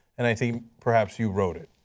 and i think perhaps you wrote it.